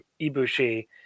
Ibushi